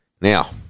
Now